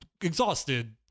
exhausted